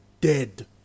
Dead